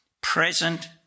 present